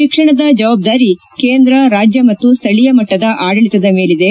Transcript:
ಶಿಕ್ಷಣದ ಜವಾಬ್ದಾರಿ ಕೇಂದ್ರ ರಾಜ್ಯ ಮತ್ತು ಸ್ಥಳೀಯ ಮಟ್ಲದ ಆಡಳಿತದ ಮೇಲಿದೆ